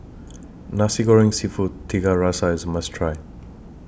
Nasi Goreng Seafood Tiga Rasa IS A must Try